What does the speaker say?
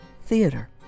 theater